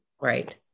Right